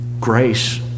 grace